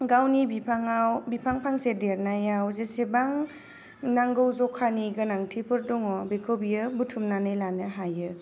गावनि बिफाङाव बिफां फांसे देरनायाव जेसेबां नांगौ ज'खानि गोनांथिफोर दङ बेखौ बियो बुथुमनानै लानो हायो